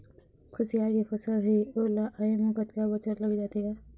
खुसियार के फसल हे ओ ला आय म कतका बछर लग जाथे गा?